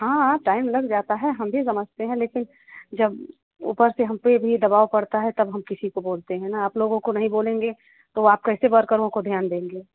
हाँ हाँ टाइम लग जाता है हम भी समझते हैं लेकिन जब ऊपर से हम पर भी दबाब पड़ता है तब हम किसी को बोलते हैं ना आप लोगों को नहीं बोलेंगे तो आप कैसे वर्करों को ध्यान देंगे